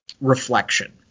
reflection